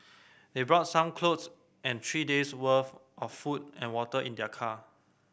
they brought some clothes and three days' worth of food and water in their car